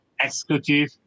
executive